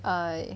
err